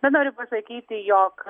na noriu pasakyti jog